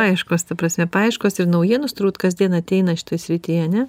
paieškos ta prasme paieškos ir naujienos turbūt kasdien ateina šitoj srity ane